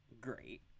great